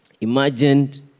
imagined